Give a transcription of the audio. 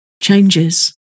changes